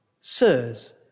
sirs